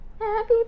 happy